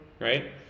right